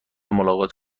ملاقات